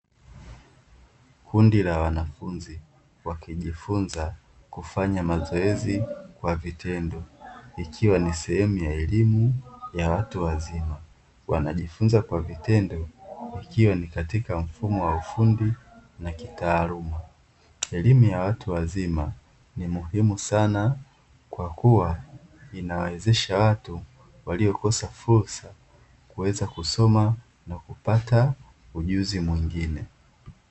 Kundi la wanafunz, wakijifunza kufanya mazoezi kwa vitendo, ikiwa ni sehemu ya elimu ya watu wazima, wanajifunza kwa vitendo, ikiwa ni katika mfumo wa ufundi na kitaaluma. Elimu ya watu wazima ni muhimu sana kwa kuwa inawawezesha watu waliokosa fursa kuweza kusoma na kupata ujuzi mwingine.